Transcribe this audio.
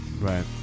Right